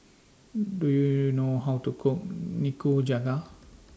Do YOU know How to Cook Nikujaga